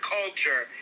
culture